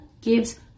gives